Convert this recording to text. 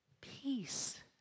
Peace